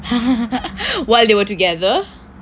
while they were together